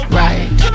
right